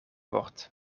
wordt